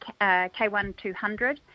K1-200